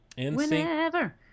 Whenever